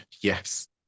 Yes